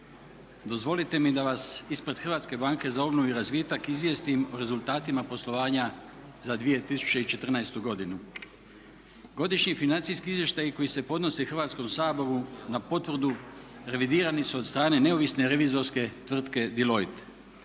Dozvolite mi da vas ispred Hrvatske banke za obnovu i razvitak izvijestim o rezultatima poslovanja za 2014. godinu. Godišnji financijski izvještaji koji se podnose Hrvatskom saboru na potvrdu revidirani su od strane neovisne revizorske tvrtke Deloitte.